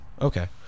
Okay